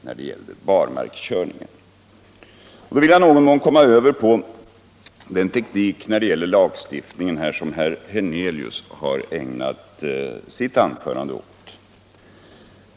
Jag vill sedan i någon mån beröra den teknik för lagstiftningen som herr Hernelius ägnade sitt anförande åt.